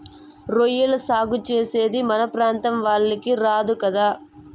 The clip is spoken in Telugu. రొయ్యల సాగు చేసేది మన ప్రాంతం వాళ్లకి రాదు కదా